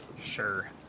Sure